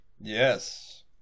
Yes